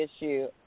issue